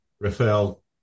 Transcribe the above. Rafael